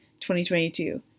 2022